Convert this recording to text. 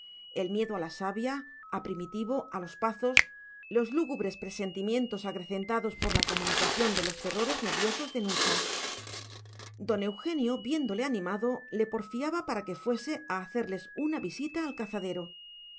el miedo a la sabia a primitivo a los pazos los lúgubres presentimientos acrecentados por la comunicación de los terrores nerviosos de nucha don eugenio viéndole animado le porfiaba para que fuese a hacerles una visita al cazadero